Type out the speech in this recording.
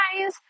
guys